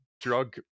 drug